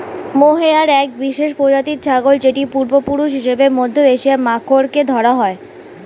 mohair এক বিশেষ প্রজাতির ছাগল যেটির পূর্বপুরুষ হিসেবে মধ্য এশিয়ার মাখরকে ধরা হয়